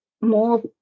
more